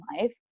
life